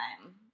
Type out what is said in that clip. time